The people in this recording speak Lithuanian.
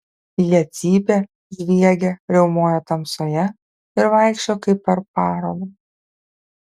jie cypė žviegė riaumojo tamsoje ir vaikščiojo kaip per parodą